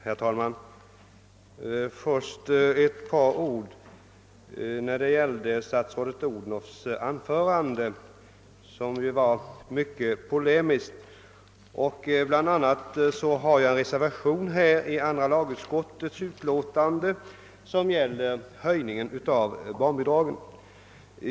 Herr talman! Först ett par ord om statsrådet Odhnoffs anförande, som var mycket polemiskt! Bl. a. har jag undertecknat en reservation till andra lagutskottets utlåtande nr 40, vilken gäller höjningen av barnbidragen.